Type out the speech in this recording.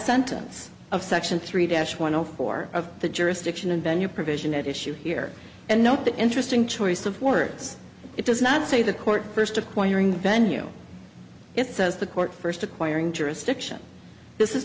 sentence of section three dash one zero four of the jurisdiction and venue provision at issue here and note the interesting choice of words it does not say the court first acquiring venue it says the court first acquiring jurisdiction this is